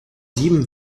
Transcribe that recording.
sieben